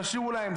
תשאירו להם,